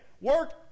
Work